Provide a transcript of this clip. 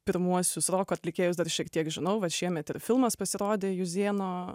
pirmuosius roko atlikėjus dar šiek tiek žinau vat šiemet ir filmas pasirodė juzėno